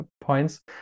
points